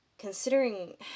Considering